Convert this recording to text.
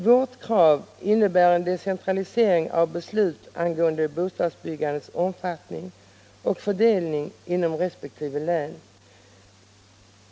Vårt krav innebär en decentralisering av beslut angående bostadsbyggandets omfattning och fördelning inom resp. län.